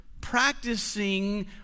practicing